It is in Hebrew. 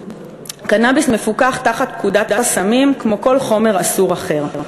קנאביס מפוקח תחת פקודת הסמים כמו כל חומר אסור אחר.